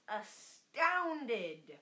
astounded